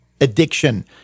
addiction